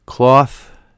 Cloth